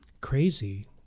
crazy